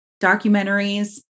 documentaries